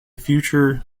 future